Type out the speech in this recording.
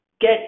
get